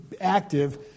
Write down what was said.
active